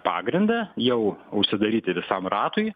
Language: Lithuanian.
pagrindą jau užsidaryti visam ratui